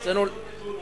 כמה יחידות לדונם?